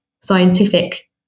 scientific